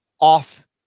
off